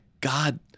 god